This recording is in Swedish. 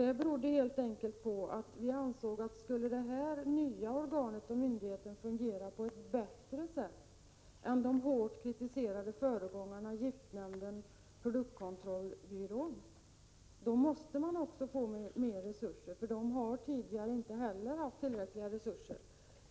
Det berodde helt enkelt på att vi ansåg att det nya organet för att fungera på ett bättre sätt än de hårt kritiserade föregångarna giftnämnden och produktkontrollbyrån måste få mera resurser. Föregångarna hade nämligen inte haft tillräckligt med resurser.